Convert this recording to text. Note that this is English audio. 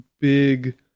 big